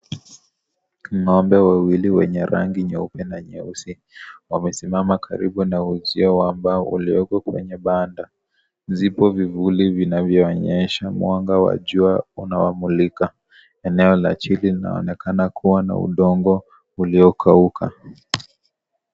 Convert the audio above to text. Ng'ombe wawili wenye rangi nyeupe na nyeusi,.Wamesimama karibu na uzio wa mbao uliowekwa kwenye banda. Zipo vifuli vinavyoonyesha mwanga wa jua unawamulika. Eneo la chini linaonekana kuwa na udongo uliokauka.